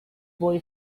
boy